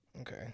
Okay